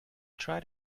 try